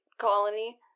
colony